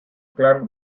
clark